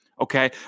okay